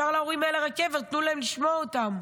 נשאר להורים האלה רק קבר, תנו להם לשמוע אותן.